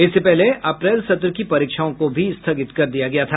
इससे पहले अप्रैल सत्र की परीक्षाओं को भी स्थगित कर दिया गया था